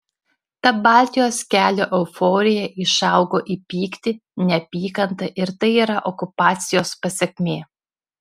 ta baltijos kelio euforija išaugo į pyktį neapykantą ir tai yra okupacijos pasekmė